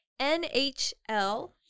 NHL